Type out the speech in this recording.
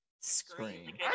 Screen